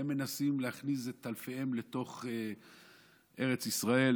הם מנסים להכניס טלפיהם לתוך ארץ ישראל,